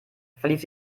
verlief